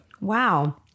Wow